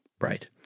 Right